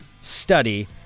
study